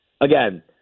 again